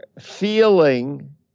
feeling